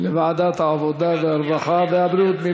לוועדת העבודה, הרווחה והבריאות?